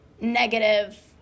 negative